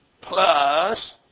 plus